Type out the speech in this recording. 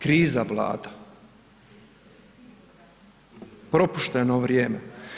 Kriza vlada, propušteno vrijeme.